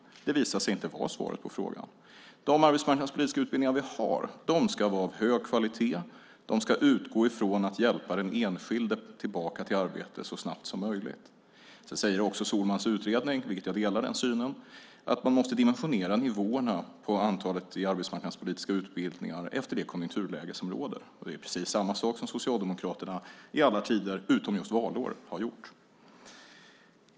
Det visade sig inte vara svaret på frågan. De arbetsmarknadspolitiska utbildningar vi har ska vara av hög kvalitet. De ska utgå från att den enskilde ska hjälpas tillbaka till arbete så snabbt som möjligt. Sedan säger också Sohlmans utredning, och jag delar den synen, att man måste dimensionera nivåerna på antalet i arbetsmarknadspolitiska utbildningar efter det konjunkturläge som råder. Det är precis samma sak som Socialdemokraterna i alla tider, utom just valår, har gjort.